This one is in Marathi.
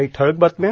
काही ठळक बातम्या